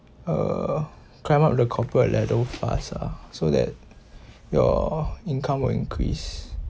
uh climb up the corporate ladder fast ah so that your income will increase